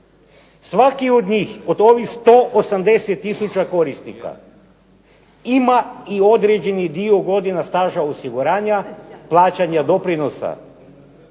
Svaki od njih, od ovih 180 tisuća korisnika ima i određeni dio godina staža osiguranja, plaćanja doprinosa